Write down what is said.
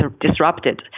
disrupted